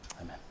Amen